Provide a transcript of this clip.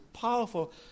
Powerful